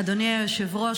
אדוני היושב-ראש,